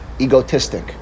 egotistic